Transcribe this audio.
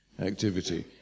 activity